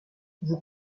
vous